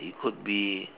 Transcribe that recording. it could be